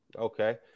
Okay